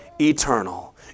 eternal